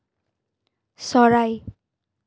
চৰাই